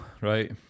right